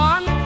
One